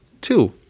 two